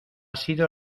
sido